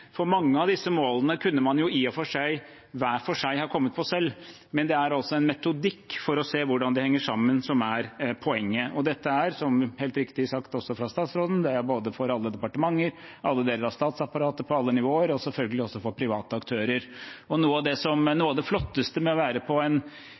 for mange av disse målene kunne man i og for seg hver for seg ha kommet på selv, men det er altså en metodikk for å se hvordan de henger sammen, som er poenget. Dette er, som det er helt riktig sagt også av statsråden, både for alle departementer, for alle deler av statsapparatet, på alle nivåer og selvfølgelig også for private aktører. Noe av det flotteste ved å være på nesten en hvilken som